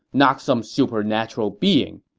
not some supernatural being.